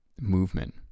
movement